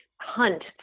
hunt